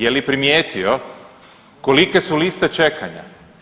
Je li primijetio kolike su liste čekanja?